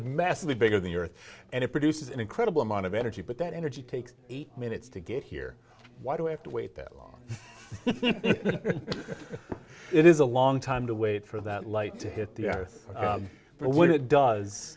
massive the bigger the earth and it produces an incredible amount of energy but that energy takes eight minutes to get here why do we have to wait that long it is a long time to wait for that light to hit the earth but when it does